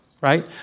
right